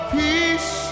peace